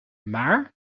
maar